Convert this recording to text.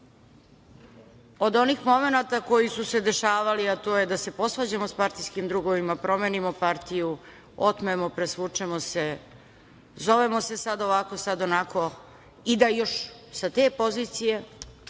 od onih momenata koji su se dešavali, a to je da se posvađamo sa partijskim drugovima, promenimo partiju, otmemo, presvučemo se, zovemo se sad ovako, sad onako i da još sa te pozicije,